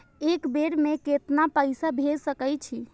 एक बेर में केतना पैसा भेज सके छी?